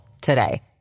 today